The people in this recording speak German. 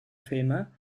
filme